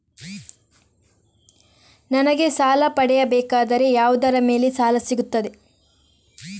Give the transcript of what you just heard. ನನಗೆ ಸಾಲ ಪಡೆಯಬೇಕಾದರೆ ಯಾವುದರ ಮೇಲೆ ಸಾಲ ಸಿಗುತ್ತೆ?